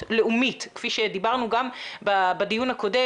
לאומית כפי שדיברנו גם בדיון הקודם,